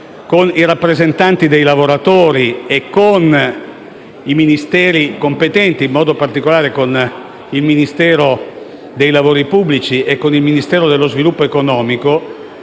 con i rappresentanti dei lavoratori e con i Ministeri competenti, e in modo particolare con i Ministeri dei lavori pubblici e dello sviluppo economico,